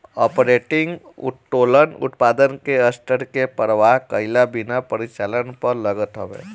operating उत्तोलन उत्पादन के स्तर के परवाह कईला बिना परिचालन पअ लागत हवे